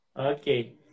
Okay